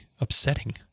upsetting